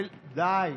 די.